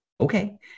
Okay